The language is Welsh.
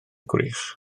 gwrych